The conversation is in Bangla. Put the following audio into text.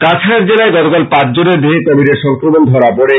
কাছাড় জেলায় গতকাল পাঁচ জনের দেহে কোবিডের সংক্রমন ধরা পড়ে